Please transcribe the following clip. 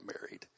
married